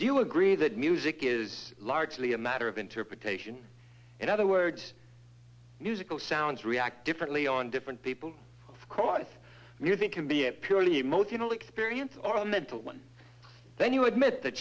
do you agree that music is largely a matter of interpretation in other words musical sounds react differently on different people caught you think can be a purely emotional experience or a mental one then you admit that